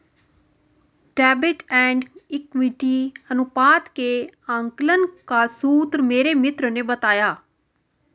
डेब्ट and equity अनुपात के आकलन का सूत्र मेरे मित्र ने बताया